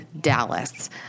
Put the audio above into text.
Dallas